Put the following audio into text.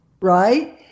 right